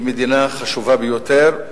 היא מדינה חשובה ביותר.